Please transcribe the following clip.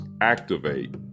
activate